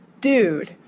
dude